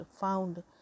found